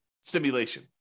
simulation